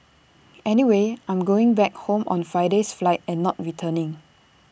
anyway I'm going back home on Friday's flight and not returning